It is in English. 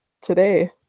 today